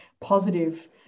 positive